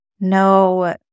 no